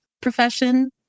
profession